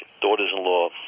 Daughters-in-law